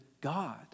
God